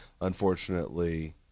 unfortunately